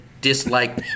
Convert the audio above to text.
dislike